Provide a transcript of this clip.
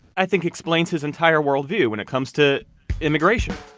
i think, explains his entire worldview when it comes to immigration